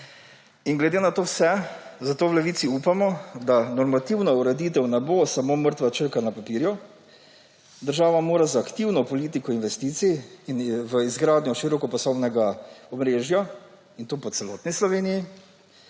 Glede na vse to zato v Levici upamo, da normativna ureditev ne bo samo mrtva črka na papirju. Država mora z aktivno politiko investicij v izgradnjo širokopasovnega omrežja, in to po celotni Sloveniji,